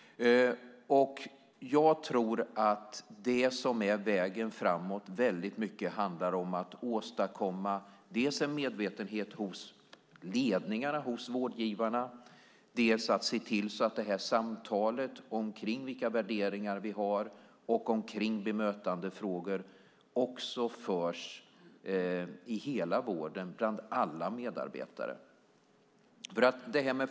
Jag tror att vägen framåt väldigt mycket handlar om att dels åstadkomma en medvetenhet hos ledningarna för vårdgivarna, dels se till att samtalet om vilka värderingar vi har och om bemötandefrågor förs i hela vården och bland alla medarbetare.